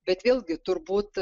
bet vėlgi turbūt